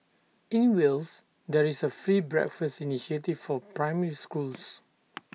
in Wales there is A free breakfast initiative for primary schools